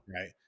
Right